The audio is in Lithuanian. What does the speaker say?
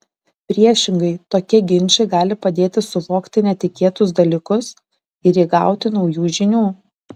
priešingai tokie ginčai gali padėti suvokti netikėtus dalykus ir įgauti naujų žinių